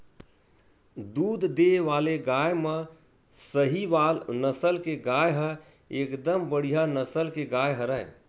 दूद देय वाले गाय म सहीवाल नसल के गाय ह एकदम बड़िहा नसल के गाय हरय